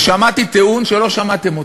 ושמעתי טיעון שלא שמעתם: